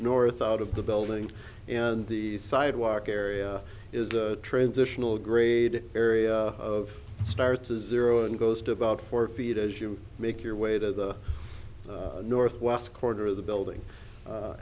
north out of the building and the sidewalk area is a transitional grade area of start to zero and goes to about four feet as you make your way to the northwest corner of the building